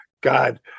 God